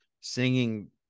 singing